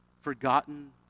forgotten